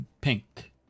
Pink